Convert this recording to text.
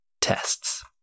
tests